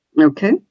Okay